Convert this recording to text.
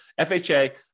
FHA